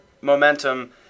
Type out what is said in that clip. momentum